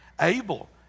Abel